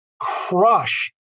crush